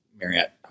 Marriott